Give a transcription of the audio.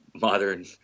modern